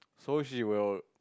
so she will